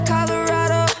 Colorado